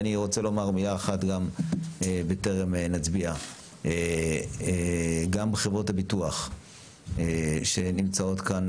ואני רוצה לומר מילה בטרם נצביע גם לחברות הביטוח שנמצאות כאן.